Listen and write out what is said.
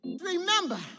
remember